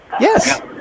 Yes